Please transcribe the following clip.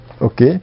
okay